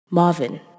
Marvin